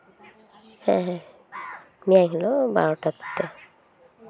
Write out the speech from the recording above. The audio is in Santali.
ᱦᱮᱸ ᱦᱮᱸ ᱢᱮᱭᱟᱝ ᱦᱤᱞᱳᱜ ᱵᱟᱨᱚᱴᱟ ᱠᱚᱛᱮ